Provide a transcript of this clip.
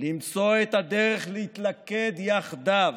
למצוא את הדרך להתלכד יחדיו,